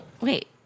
wait